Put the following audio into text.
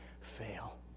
fail